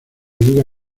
liga